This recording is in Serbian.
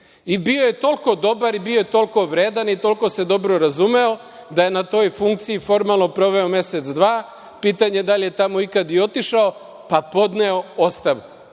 i bio je toliko dobar i bio je toliko vredan i toliko se dobro razumeo, da je na toj funkciji formalno proveo mesec, dva. Pitanje je da li je tamo ikada i otišao, pa podneo ostavku. To